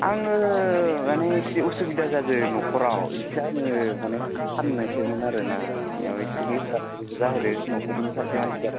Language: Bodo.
आङो माने इसे उसुबिदा जादों न'खराव इसे आङो माने फाननायसैमोन आरोना एयाव इसे लोमजानायनिबो जाहोदो न'खरनि सासे मानसिया